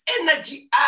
energy